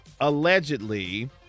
allegedly